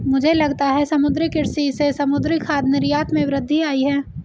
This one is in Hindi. मुझे लगता है समुद्री कृषि से समुद्री खाद्य निर्यात में वृद्धि आयी है